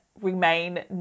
remain